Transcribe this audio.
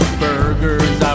burgers